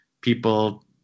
people